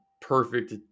perfect